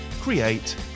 create